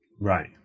Right